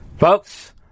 Folks